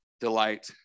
delight